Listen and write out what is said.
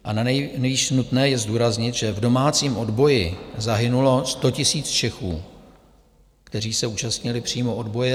A nanejvýš nutné je zdůraznit, že v domácím odboji zahynulo 100 000 Čechů, kteří se účastnili přímo odboje.